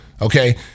okay